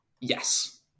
Yes